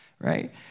Right